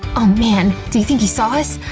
oh man! do think he saw us?